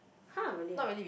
!huh! really ah